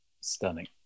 stunning